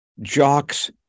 jocks